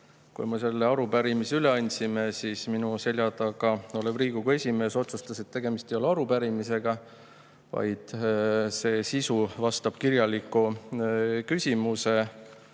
kui me selle arupärimise üle andsime, siis minu selja taga olev Riigikogu esimees otsustas, et tegemist ei ole arupärimisega, vaid selle sisu vastab kirjaliku küsimuse